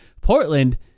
Portland